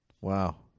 Wow